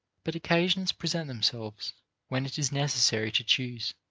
but occasions present themselves when it is necessary to choose,